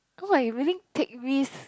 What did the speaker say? cause are you willing take risk